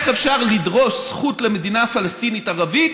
איך אפשר לדרוש זכות למדינה פלסטינית ערבית